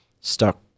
stuck